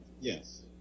yes